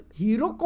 hero